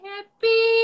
Happy